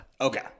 Okay